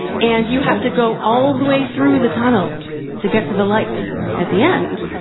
and you have to go all the way through the tunnel to get to the light at the end.